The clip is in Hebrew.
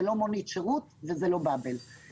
זאת לא מונית שירות וזה לא באבלס.